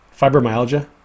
fibromyalgia